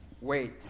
wait